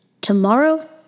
tomorrow